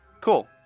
cool